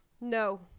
No